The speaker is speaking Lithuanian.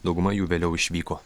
dauguma jų vėliau išvyko